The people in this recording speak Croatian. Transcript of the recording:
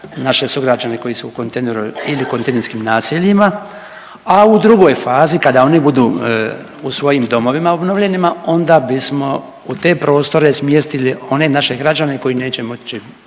naše sugrađane koji su u kontejneru ili u kontejnerskim naseljima, a u drugoj fazi kada oni budu u svojim domovima obnovljenima onda bismo u te prostore smjestili one naše građane koji neće moći